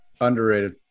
Underrated